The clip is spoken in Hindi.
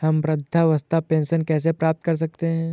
हम वृद्धावस्था पेंशन कैसे प्राप्त कर सकते हैं?